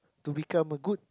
to become a good